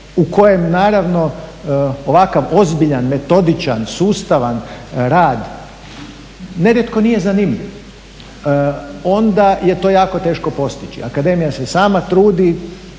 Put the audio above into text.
u kojem naravno ovakav ozbiljan, metodičan, sustavan rad nerijetko nije zanimljiv onda je to jako teško postići. Akademija se sama trudi,